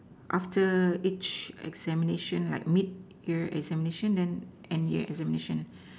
after each examination like mid year examination then end year examination